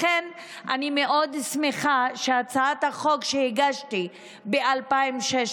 לכן אני מאוד שמחה שהצעת החוק שהגשתי ב-2016